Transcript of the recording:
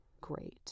great